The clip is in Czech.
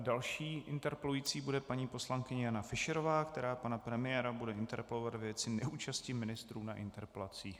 Další interpelující bude paní poslankyně Jana Fischerová, která pana premiéra bude interpelovat ve věci neúčasti ministrů na interpelacích.